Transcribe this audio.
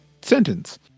sentence